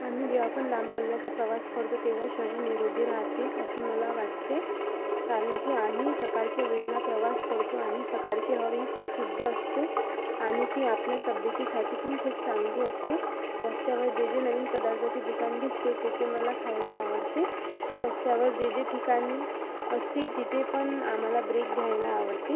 आम्ही जेव्हा पण लांब पल्ल्याचा प्रवास करतो तेव्हा शरीर निरोगी राहते असे मला वाटते कारण की आम्ही सकाळच्या वेळेला प्रवास करतो आणि सकाळची हवा बी खूप शुद्ध असते आणि ती आपल्या तब्येतीसाठी पण खूप चांगली असते रस्त्यावर जे जे नवीन पदार्थाचे दुकान दिसते ते ते मला खायला आवडते रस्त्यावर जे जे ठिकाणी असतील तिथे पण आम्हाला ब्रेक घ्यायला आवडते